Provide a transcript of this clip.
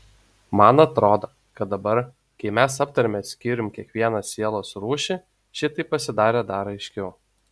man atrodo kad dabar kai mes aptarėme skyrium kiekvieną sielos rūšį šitai pasidarė dar aiškiau